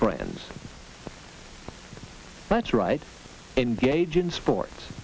friends that's right engage in sports